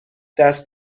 دست